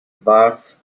warf